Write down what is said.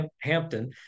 Hampton